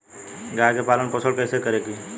गाय के पालन पोषण पोषण कैसे करी?